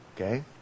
Okay